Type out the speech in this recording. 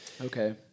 Okay